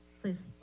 Please